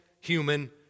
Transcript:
human